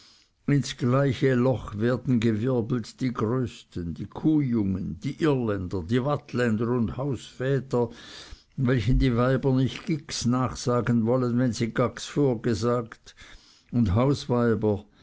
ins gleiche loch werden gewirbelt die größten die kuhjungen die irländer die waadtländer und hausväter welchen die weiber nicht gix nachsagen wollen wenn sie gax vorgesagt und